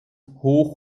hoch